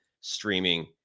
streaming